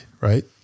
right